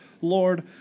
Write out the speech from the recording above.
Lord